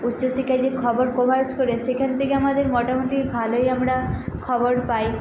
উচ্চ শিক্ষায় যে খবর কোভারজ করে সেখান থেকে আমাদের মোটামুটি ভালোই আমরা খবর পাই